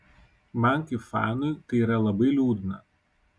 man kaip fanui tai yra labai liūdna